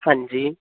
ਹਾਂਜੀ